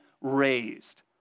raised